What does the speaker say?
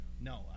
no